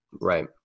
Right